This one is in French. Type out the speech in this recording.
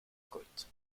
côte